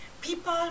people